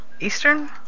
eastern